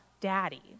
Daddy